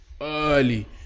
Early